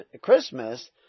Christmas